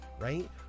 right